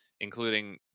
including